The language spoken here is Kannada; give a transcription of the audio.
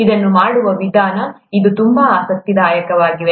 ಅದನ್ನು ಮಾಡುವ ವಿಧಾನ ಇದು ತುಂಬಾ ಆಸಕ್ತಿದಾಯಕವಾಗಿದೆ